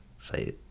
say